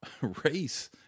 race